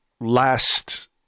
last